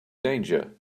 danger